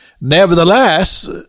nevertheless